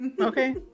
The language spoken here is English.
Okay